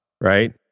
right